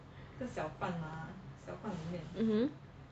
mmhmm